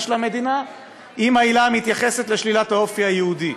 של המדינה עם העילה המתייחסת לשלילת האופי היהודי.